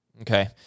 Okay